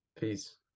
Peace